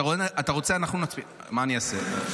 אתה רוצה, אנחנו, מה אני אעשה?